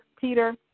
Peter